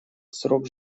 срок